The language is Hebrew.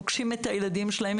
פוגשים את הילדים שלהם,